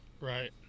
Right